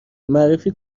معرفی